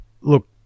Look